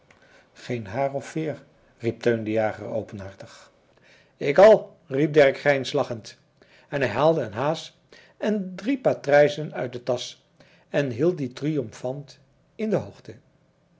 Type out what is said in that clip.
geen haar of veer riep teun de jager openhartig ik al riep derk grijnslachend en hij haalde een haas en drie patrijzen uit de tasch en hield die triomfant in de hoogte